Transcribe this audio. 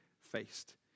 faced